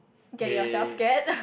pay